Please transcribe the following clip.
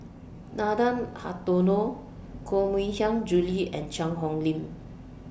Nathan Hartono Koh Mui Hiang Julie and Cheang Hong Lim